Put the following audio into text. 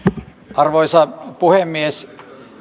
arvoisa puhemies